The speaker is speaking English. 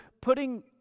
putting